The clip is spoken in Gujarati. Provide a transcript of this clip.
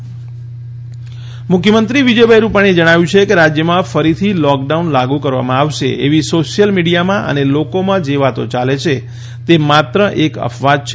મુખ્યમંત્રી લૉકડાઉન અફવા મુખ્યમંત્રી વિજયભાઈ રૂપાણીએ જણાવ્યું છે કે રાજ્યમાં ફરીથી લોકડાઉન લાગુ કરવામાં આવશે એવી સોશીયલ મીડિયામાં અને લોકોમાં જે વાતો યાલે છે તે માત્ર એક અફવા જ છે